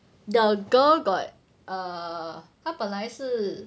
the girl got err 他本来是